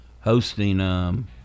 hosting –